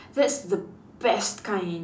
that's the best kind